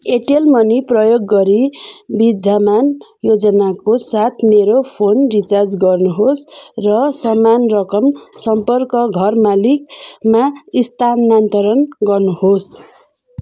Airtel money प्रयोग गरी विद्यमान योजनाको साथ मेरो फोन रिचार्ज गर्नुहोस् र समान रकम सम्पर्क घर मालिकमा स्थानान्तरण गर्नुहोस्